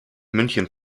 münchen